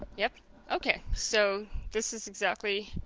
yep okay so this is exactly